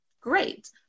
Great